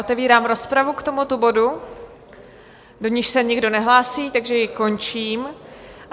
Otevírám rozpravu k tomuto bodu, do níž se nikdo nehlásí, takže ji končím.